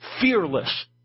fearless